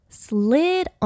slid